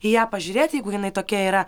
į ją pažiūrėti jeigu jinai tokia yra